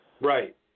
Right